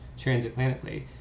transatlantically